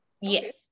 yes